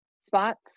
spots